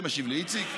מי משיב לי, איציק?